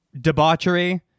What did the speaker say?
debauchery